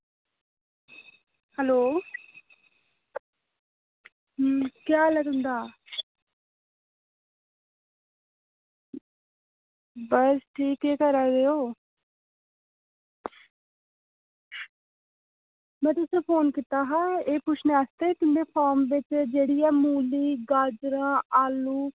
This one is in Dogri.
हैलो केह् हाल ऐ तुंदा बस ठीक केह् करा दे ओ में तुसेंगी फोन कीता हा एह् पुच्छने आस्तै कि में फार्म बिच्च एह् जेह्ड़ी मूली गाजरां आलू